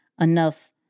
enough